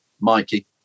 Mikey